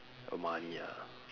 err money ah